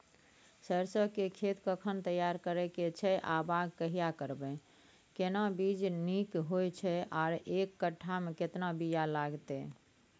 सरसो के खेत कखन तैयार करै के छै आ बाग कहिया करबै, केना बीज नीक होय छै आर एक कट्ठा मे केतना बीया लागतै?